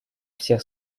всех